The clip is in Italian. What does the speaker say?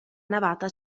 navata